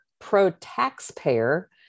pro-taxpayer